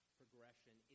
progression